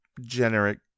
generic